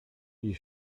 die